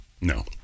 No